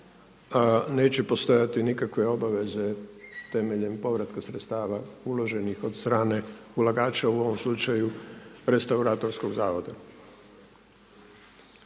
neće postojati nikakve obaveze temeljem povratka sredstava uloženih od strane ulagača u ovom slučaju restauratorskog zavoda.